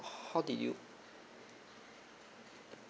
how did you